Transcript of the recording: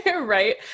Right